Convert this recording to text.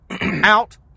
out